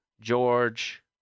George